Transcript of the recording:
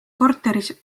korteris